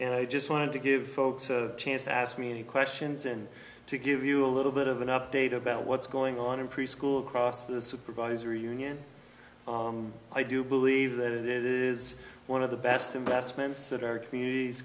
and i just wanted to give folks a chance to ask me any questions and to give you a little bit of an update about what's going on in preschool across the supervisory union i do believe that it is one of the best investments that our communities